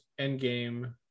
Endgame